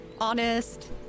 honest